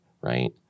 right